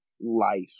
life